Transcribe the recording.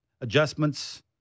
Adjustments